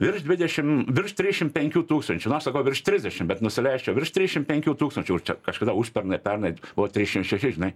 virš dvidešim virš trišim penkių tūkstančių na aš sakau virš trisdešim bet nusileisčiau virš trišim penkių tūkstančių kažkada užpernai pernai buvo trišim šeši žinai